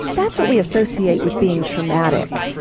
that's what we associate with being traumatic.